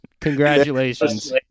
Congratulations